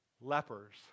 lepers